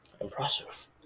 impressive